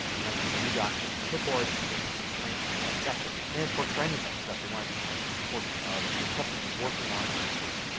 and new document from clipboard and then you can print that section. and this works for anything. so if you want to print a portion of something you are working on, for instance,